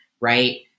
right